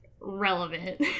Relevant